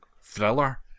thriller